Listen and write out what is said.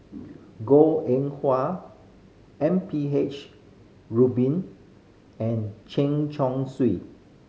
Goh Eng M P H Rubin and Chen Chong Swee